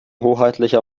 hoheitlicher